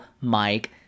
Mike